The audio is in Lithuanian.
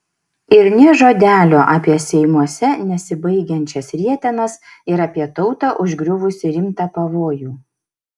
ir nė žodelio apie seimuose nesibaigiančias rietenas ir apie tautą užgriuvusį rimtą pavojų